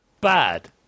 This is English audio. bad